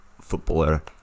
footballer